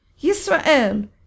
Yisrael